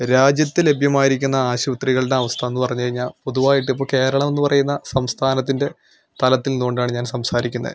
രാജ്യത്ത് ലഭ്യമായിരിക്കുന്ന ആശുപത്രികളുടെ അവസ്ഥ എന്ന് പറഞ്ഞു കഴിഞ്ഞാൽ പൊതുവായിട്ട് ഇപ്പോൾ ഒ കേരളം എന്നു പറയുന്ന സംസ്ഥാനത്തിൻ്റെ തലത്തിൽ നിന്നുകൊണ്ടാണ് ഞാൻ സംസാരിക്കുന്നത്